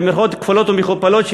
במירכאות כפולות ומכופלות,